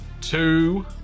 two